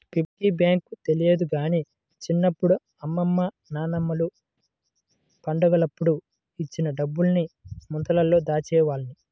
piggy bank తెలియదు గానీ చిన్నప్పుడు అమ్మమ్మ నాన్నమ్మలు పండగలప్పుడు ఇచ్చిన డబ్బుల్ని ముంతలో దాచేవాడ్ని